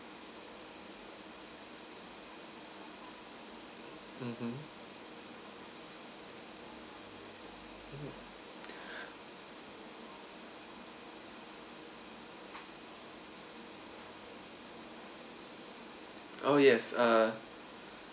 mmhmm mm oh yes uh